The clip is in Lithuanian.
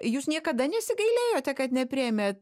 jūs niekada nesigailėjote kad nepriėmėt